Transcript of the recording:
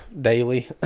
daily